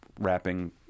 wrapping